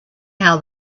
how